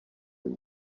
and